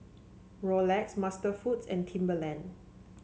Rolex MasterFoods and Timberland